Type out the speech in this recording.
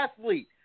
athlete